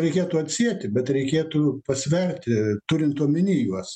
reikėtų atsieti bet reikėtų pasverti turint omeny juos